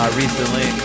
recently